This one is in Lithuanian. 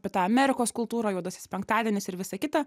apie tą amerikos kultūrą juodasis penktadienis ir visa kita